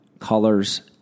colors